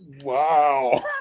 Wow